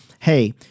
hey